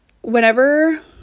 whenever